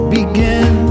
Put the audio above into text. begin